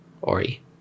Ori